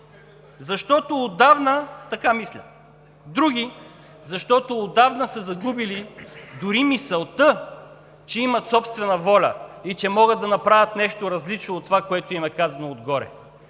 Защото отдавна така мисля. Други, защото отдавна са загубили дори мисълта, че имат собствена воля и могат да направят нещо различно от това, което им е казано отгоре.